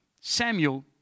Samuel